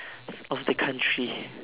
of the country